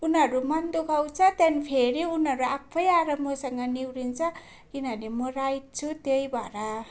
उनीहरू मन दुखाउँछ त्यहाँदेखि फेरि उनीहरू आफै आएर मसँग निहुरिन्छ किनभने म राइट छु त्यही भएर